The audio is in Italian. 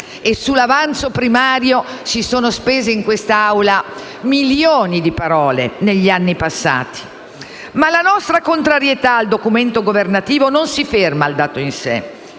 E sull'avanzo primario si sono spese in quest'Assemblea milioni di parole negli anni passati. Ma la nostra contrarietà al documento governativo non si ferma al dato in sé.